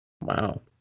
Wow